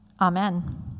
Amen